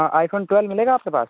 iPhone twelve मिलेगा आप के पास